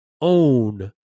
own